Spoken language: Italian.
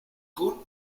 con